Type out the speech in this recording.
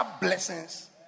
blessings